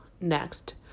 next